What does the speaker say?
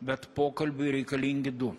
bet pokalbiui reikalingi du